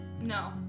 No